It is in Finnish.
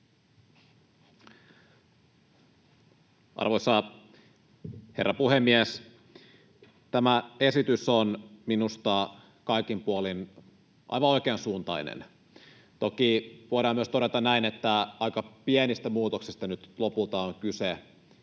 Arvoisa herra puhemies! Tämä esitys on minusta kaikin puolin aivan oikeansuuntainen. Toki voidaan myös todeta näin, että aika pienistä muutoksista nyt lopulta on kyse